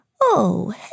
Oh